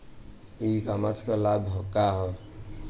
ई कॉमर्स क का लाभ ह?